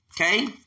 Okay